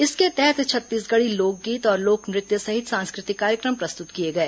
इसके तहत छत्तीसगढ़ी लोकगीत और लोक नृत्य सहित सांस्कृतिक कार्य क्र म प्रस्तुत किए गए